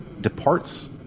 departs